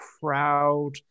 proud